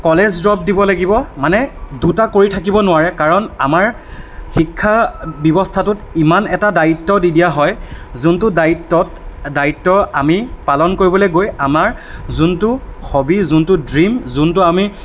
college drop দিব লাগিব মানে দুটা কৰি থাকিব নোৱাৰে কাৰণ আমাৰ শিক্ষা ব্যৱস্থাটোত ইমান এটা দায়িত্ব দি দিয়া হয় যোনটো দায়িত্বত দায়িত্ৱ আমি পালন কৰিবলৈ গৈ আমাৰ যোনটো হবী যোনটো ড্ৰিম যোনটো আমি